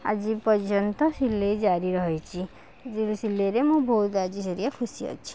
ଆଜି ପର୍ଯ୍ୟନ୍ତ ସିଲେଇ ଜାରି ରହିଛି ସିଲେଇ ରେ ମୁଁ ବହୁତ ଆଜି ଖୁସି ଅଛି